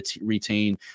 retain